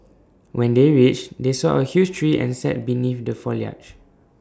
when they reached they saw A huge tree and sat beneath the foliage